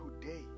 today